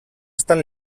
estan